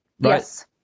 yes